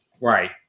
Right